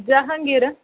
ಜಹಂಗೀರಾ